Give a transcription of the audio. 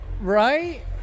Right